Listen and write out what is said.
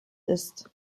ist